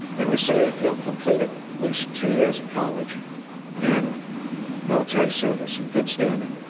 and we say if you will complete at least two years of college and military service in good standing,